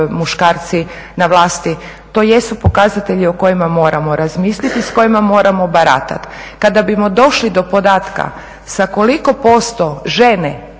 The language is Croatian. na vlasti. To jesu pokazatelji o kojima moramo razmisliti i s kojima moramo baratati. Kada bimo došli do podatka sa koliko posto žene